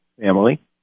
Family